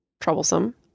troublesome